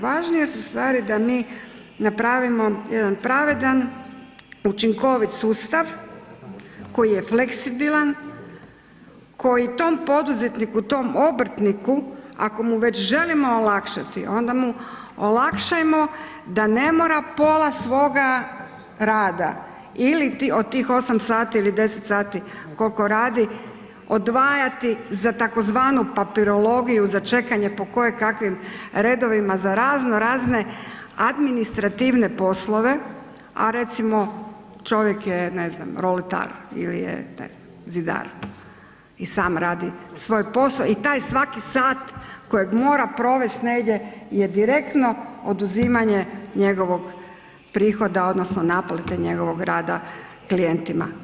Važnije su stvari da mi napravimo jedan pravedan, učinkovit sustav koji je fleksibilan koji tom poduzetniku, tom obrtniku ako mu već želimo olakšati onda mu olakšamo da ne mora pola svoga rada ili od tih 8 ili 10 sati koliko radi odvajati za tzv. papirologiju za čekanje po kojekakvim redovima za raznorazne administrativne poslove, a recimo čovjek je roletar ili je ne znam zidar i sam radi svoj posao i taj svaki sat kojeg mora provest negdje je direktno oduzimanje njegovog prihoda odnosno naplate njegovog rada klijentima.